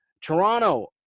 Toronto